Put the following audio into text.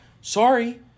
sorry